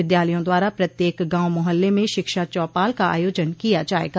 विद्यालयों द्वारा प्रत्येक गांव मोहल्ले में शिक्षा चौपाल को आयोजन किया जायेगा